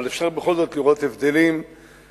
אבל אפשר בכל זאת לראות הבדלים בין